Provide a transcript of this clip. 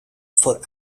for